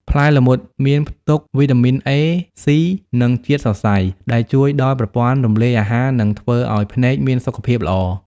ផ្លែល្មុតមានផ្ទុកវីតាមីន A, C និងជាតិសរសៃ ដែលជួយដល់ប្រព័ន្ធរំលាយអាហារ និងធ្វើឲ្យភ្នែកមានសុខភាពល្អ។